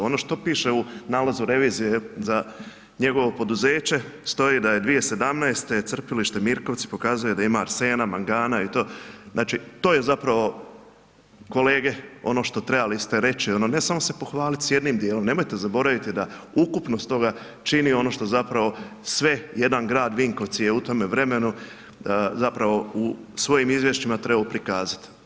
Ono što piše u nalazu revizije za njegovo poduzeće, stoji da je 2017. crpilište Mirkovci pokazuje da ima arsena, mangana i to, znači, to je zapravo kolege, ono što trebali ste reći, ne samo se pohvaliti s jednim dijelom, nemojte zaboraviti da ukupnost toga čini ono što zapravo sve jedan grad, Vinkovci je u tome vremenu zapravo u svojim izvješćima trebao prikazati.